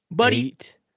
Eight